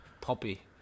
Poppy